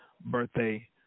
birthday